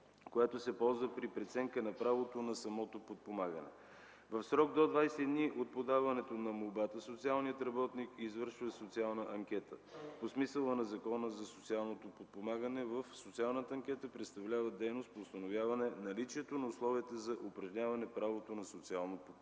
която се ползва при преценка на правото на самото подпомагане. В срок до 20 дена от подаването на молбата социалният работник извършва социална анкета. По смисъла на Закона за социалното подпомагане социалната анкета представлява дейност по установяване наличието на условията за упражняване правото на социално подпомагане.